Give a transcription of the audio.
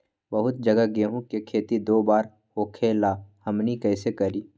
बहुत जगह गेंहू के खेती दो बार होखेला हमनी कैसे करी?